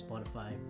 Spotify